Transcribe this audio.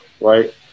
Right